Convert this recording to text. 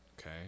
okay